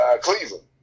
Cleveland